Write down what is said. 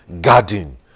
garden